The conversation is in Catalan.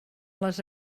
les